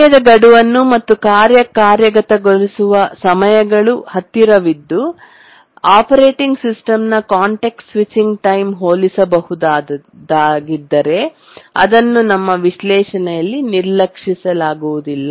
ಕಾರ್ಯದ ಗಡುವನ್ನು ಮತ್ತು ಕಾರ್ಯ ಕಾರ್ಯಗತಗೊಳಿಸುವ ಸಮಯಗಳು ಹತ್ತಿರವಿದ್ದು ಆಪರೇಟಿಂಗ್ ಸಿಸ್ಟಂನ ಕಾಂಟೆಕ್ಸ್ಟ್ ಸ್ವಿಚಿಂಗ್ ಟೈಮ್ಗೆ ಹೋಲಿಸ ಬಹುದಾಗಿದ್ದರೆ ಅದನ್ನು ನಮ್ಮ ವಿಶ್ಲೇಷಣೆಯಲ್ಲಿ ನಿರ್ಲಕ್ಷಿಸಲಾಗುವುದಿಲ್ಲ